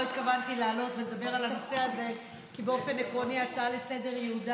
לא התכוונתי לעלות ולדבר על הנושא הזה כי באופן עקרוני הצעה לסדר-היום,